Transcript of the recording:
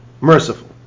merciful